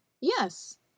Yes